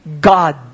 God